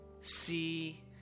see